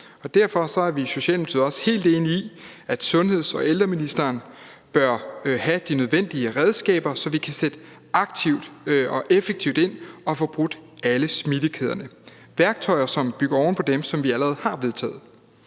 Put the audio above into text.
Derfor er vi i Socialdemokratiet også helt enige i, at sundheds- og ældreministeren bør have de nødvendige redskaber, så vi kan sætte aktivt og effektivt ind og få brudt alle smittekæderne – værktøjer, som bygger oven på dem, vi allerede har vedtaget.